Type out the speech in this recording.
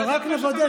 אבל רק נוודא,